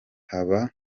haba